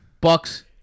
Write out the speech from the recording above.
Bucks